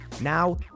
Now